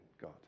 God